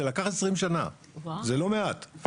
זה לקח עשרים שנה, זה לא מעט.